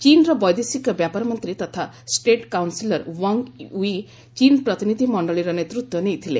ଚୀନ୍ର ବୈଦେଶିକ ବ୍ୟାପାର ମନ୍ତ୍ରୀ ତଥା ଷ୍ଟେଟ୍ କାଉନ୍ସିଲର୍ ୱାଙ୍ଗ୍ ୟି ଚୀନ୍ ପ୍ରତିନିଧି ମଣ୍ଡଳୀର ନେତୃତ୍ୱ ନେଇଥିଲେ